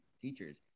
teachers